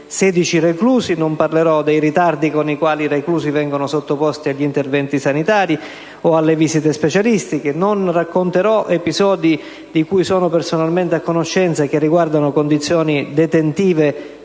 non parlerò dei ritardi con i quali i reclusi vengono sottoposti agli interventi sanitari o alle visite specialistiche; non racconterò episodi, di cui sono personalmente a conoscenza e che riguardano condizioni detentive